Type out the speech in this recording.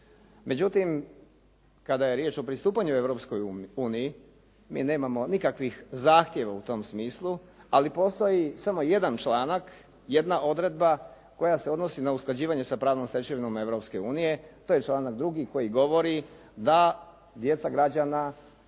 Međutim, kada je riječ o pristupanju Europskoj uniji mi nemamo nikakvih zahtjeva u tom smislu, ali postoji samo jedan članak, jedna odredba koja se odnosi na usklađivanje sa pravnom stečevinom Europske unije, to je članak 2. koji govori da djeca građana